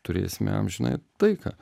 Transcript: turėsime amžinąją taiką